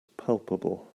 palpable